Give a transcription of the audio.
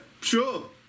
Sure